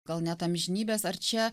gal net amžinybės ar čia